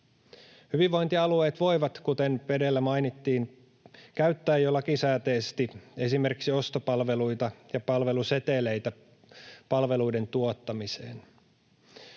Hyvinvointialueet voivat, kuten edellä mainittiin, käyttää jo lakisääteisesti esimerkiksi ostopalveluita ja palveluseteleitä palveluiden tuottamiseen,